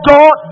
God